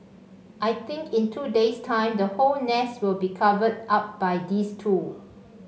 I think in two days time the whole nest will be covered up by these two